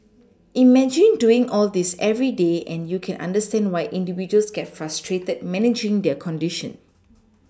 imagine doing all this every day and you can understand why individuals get frustrated managing their condition